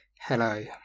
Hello